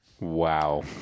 Wow